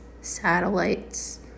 satellites